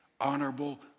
honorable